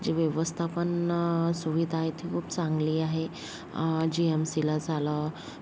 जी व्यवस्था पण सुविधा आहे ती खूप चांगली आहे जी एम सीला झालं